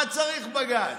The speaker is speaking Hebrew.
מה צריך בג"ץ?